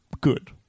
good